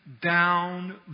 down